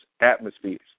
atmospheres